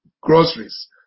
groceries